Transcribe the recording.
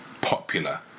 popular